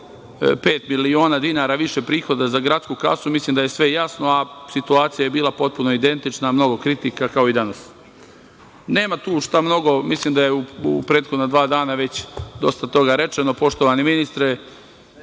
85 miliona dinara više prihoda za gradsku kasu. Mislim da je sve jasno, a situacija je bila potpuno identična, a mnogo kritika kao i danas. Nema tu šta mnogo, mislim da je u prethodna dva dana već dosta toga rečeno. Poštovani ministre,